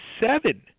seven